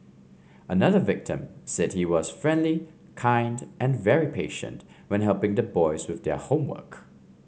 another victim said he was friendly kind and very patient when helping the boys with their homework